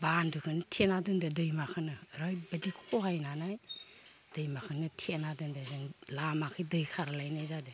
बान्दोखौनो थेना दोनदो दैमाखौनो ओरै खहायनानै दैमाखोनो थेना दोनदो जों लामाखै दैखारलायनाय जादो